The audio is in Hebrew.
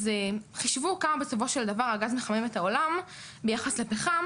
אז חישבו כמה בסופו של דבר הגז מחמם את העולם ביחס לפחם